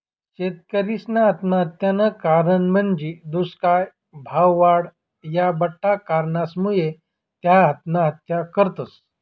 शेतकरीसना आत्महत्यानं कारण म्हंजी दुष्काय, भाववाढ, या बठ्ठा कारणसमुये त्या आत्महत्या करतस